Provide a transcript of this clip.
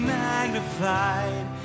magnified